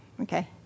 Okay